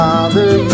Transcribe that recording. Father